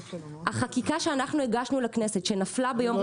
החקיקה שאנחנו הגשנו לכנסת שנפלה ביום רביעי לפני שבועיים.